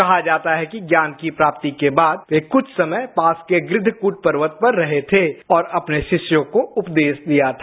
कहा जाता है कि ज्ञान की प्राप्ति के बाद ये कूछ समय पास के गृद्धकूट पर्वत पर रहे थे और अपने शिष्यों को उपदेश दिया था